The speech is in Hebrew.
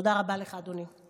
תודה רבה לך, אדוני.